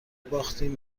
باختیم